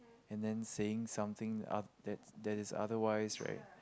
and then saying something up that's that is otherwise right